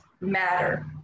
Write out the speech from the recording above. matter